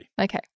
Okay